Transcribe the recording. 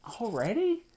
already